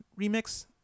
Remix